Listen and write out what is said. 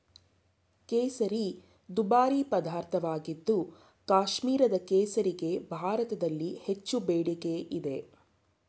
ಕೇಸರಿ ದುಬಾರಿ ಪದಾರ್ಥವಾಗಿದ್ದು ಕಾಶ್ಮೀರದ ಕೇಸರಿಗೆ ಭಾರತದಲ್ಲಿ ಹೆಚ್ಚು ಬೇಡಿಕೆ ಇದೆ